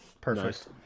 Perfect